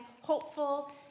hopeful